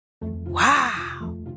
Wow